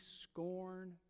scorn